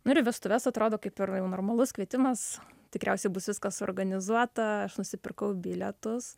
nu ir į vestuves atrodo kaip ir normalus kvietimas tikriausiai bus viskas suorganizuota aš nusipirkau bilietus